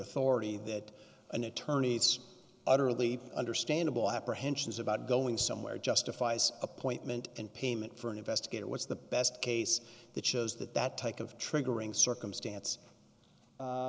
authority that an attorney it's utterly understandable apprehensions about going somewhere justifies appointment and payment for an investigator what's the best case that shows that that type of triggering circumstance